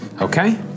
Okay